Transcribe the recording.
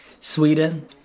Sweden